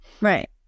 Right